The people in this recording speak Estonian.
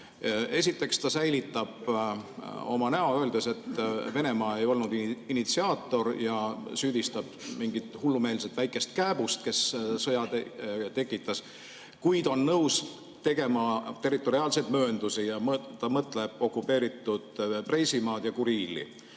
Esiteks, ta säilitab oma näo, öeldes, et Venemaa ei olnud initsiaator, ja süüdistab mingit hullumeelset väikest kääbust, kes sõja tekitas. Kuid ta on nõus tegema territoriaalseid mööndusi. Ta mõtleb okupeeritud Preisimaad ja Kuriili